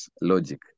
logic